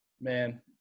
man